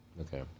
Okay